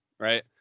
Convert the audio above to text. Right